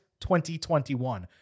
2021